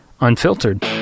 Unfiltered